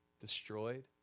destroyed